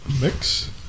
Mix